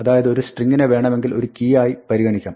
അതായത് ഒരു സ്ട്രിങ്ങിനെ വേണമെങ്കിൽ ഒരു കീ ആയി പരിഗണിക്കാം